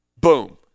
Boom